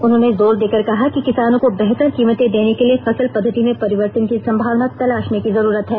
उन्होंने जोर देकर कहा कि किसानों को बेहतर कीमतें देने के लिए फसल पद्वति में परिवर्तन की संभावना तलाशने की जरूरत है